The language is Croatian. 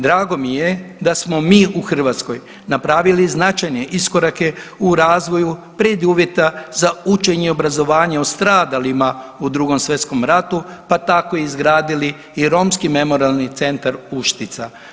Drago mi je da smo mi u Hrvatskoj napravili značajne iskorake u razvoju preduvjeta za učenje i obrazovanje o stradalima u Drugom svjetskom ratu pa tako izgradili i Romski memorijalni centar Uštica.